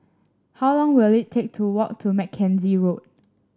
how long will it take to walk to Mackenzie Road